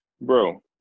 bro